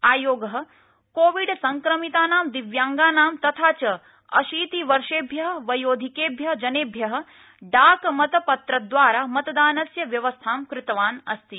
आयोगः कोविड्संक्रमितानां दिव्याङ्गानां तथा च अशीतिवर्षेभ्यः वयोधिकेभ्यः जनेभ्यः डाकमतपत्रद्वारा मतदानस्य व्यवस्थां कृतवान् अस्ति